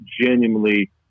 genuinely